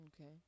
Okay